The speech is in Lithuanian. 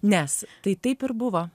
nes tai taip ir buvo